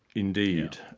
indeed.